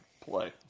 play